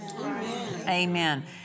Amen